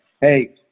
Hey